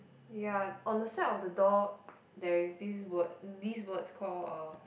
ya on the side of the door there is these words these words called uh